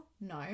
no